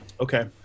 Okay